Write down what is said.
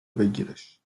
بگیرش